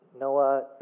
Noah